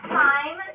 time